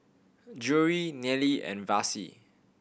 Drury Nealy and Vassie